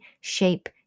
shape